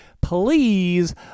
Please